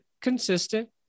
consistent